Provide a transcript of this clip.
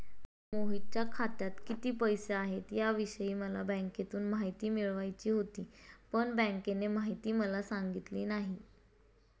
मोहितच्या खात्यात किती पैसे आहेत याविषयी मला बँकेतून माहिती मिळवायची होती, पण बँकेने माहिती मला सांगितली नाही